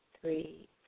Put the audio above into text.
three